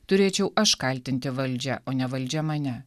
turėčiau aš kaltinti valdžią o ne valdžia mane